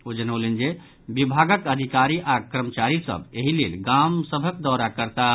ओ जनौलनि जे विभागक अधिकारी आओर कर्मचारी सभ एहि लेल गाम सभक दौरा करताह